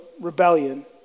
rebellion